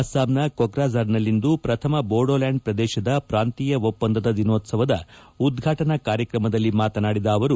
ಅಸ್ಸಾಂನ ಕೊಕ್ತಜಾರ್ನಲ್ಲಿಂದು ಪ್ರಥಮ ಬೋಡೋಲ್ಯಾಂಡ್ ಪ್ರದೇಶದ ಪ್ರಾಂತೀಯ ಒಪ್ಪಂದದ ದಿನೋತ್ಪವದ ಉದ್ಘಾಟನಾ ಕಾರ್ಯತ್ರಮದಲ್ಲಿ ಮಾತನಾಡಿದ ಅವರು